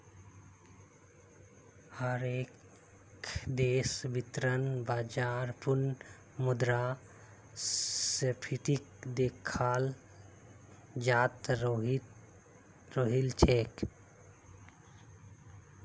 हर एक देशत वित्तीय बाजारत पुनः मुद्रा स्फीतीक देखाल जातअ राहिल छे